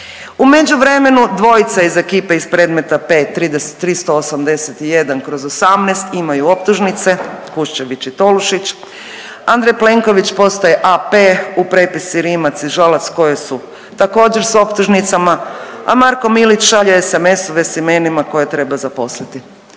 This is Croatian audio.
U međuvremenu dvojica iz ekipe iz predmeta P-381/18 imaju optužnice, Kuščević i Tolušić, Andrej Plenković postaje AP u prepisci Rimac i Žalac koje su također s optužnicama, a Marko Milić šalje SMS-ove s imenima koje treba zaposliti.